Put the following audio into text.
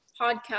podcast